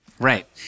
Right